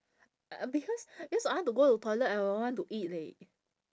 uh because cause I want to go to toilet I uh want to eat leh